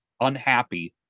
unhappy